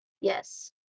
yes